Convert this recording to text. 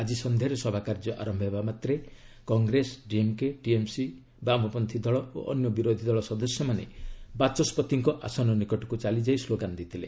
ଆକ୍ରି ସନ୍ଧ୍ୟାରେ ସଭାକାର୍ଯ୍ୟ ଆରମ୍ଭ ହେବା ମାତ୍ରେ କଂଗ୍ରେସ ଡିଏମ୍କେ ଟିଏମ୍ସି ବାମପନ୍ଥୀ ଦଳ ଓ ଅନ୍ୟ ବିରୋଧୀ ଦଳ ସଦସ୍ୟମାନେ ବାଚସ୍କତିଙ୍କ ଆସନ ନିକଟକୁ ଚାଲିଯାଇ ସ୍ଲୋଗାନ୍ ଦେଇଥିଲେ